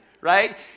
right